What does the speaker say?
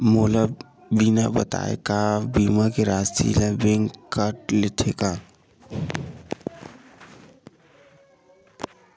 मोला बिना बताय का बीमा के राशि ला बैंक हा कत लेते का?